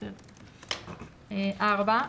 "(4)